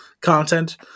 content